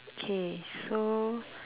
K so